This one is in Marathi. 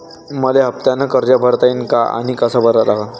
मले हफ्त्यानं कर्ज भरता येईन का आनी कस भरा लागन?